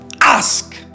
Ask